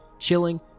Chilling